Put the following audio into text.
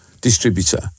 distributor